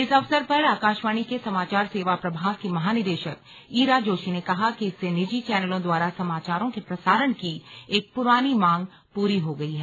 इस अवसर पर आकाशवाणी के समाचार सेवा प्रभाग की महानिदेशक ईरा जोशी ने कहा कि इससे निजी चैनलों द्वारा समाचारों के प्रसारण की एक पुरानी मांग पूरी हो गई है